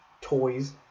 toys